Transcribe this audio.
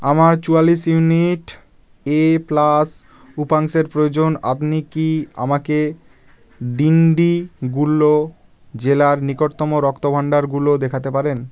আমার চুয়াল্লিশ unit A plus উপাংশের প্রয়োজন আবনি কি আমাকে ডিন্ডিগুলো জেলার নিকটতম রক্তভাণ্ডারগুলো দেখাতে পারেন